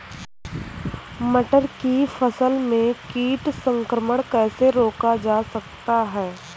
मटर की फसल में कीट संक्रमण कैसे रोका जा सकता है?